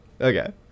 Okay